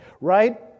right